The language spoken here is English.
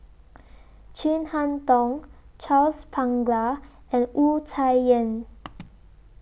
Chin Harn Tong Charles Paglar and Wu Tsai Yen